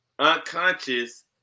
Unconscious